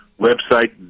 website